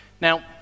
Now